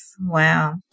Wow